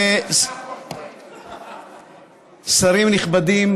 שרים נכבדים,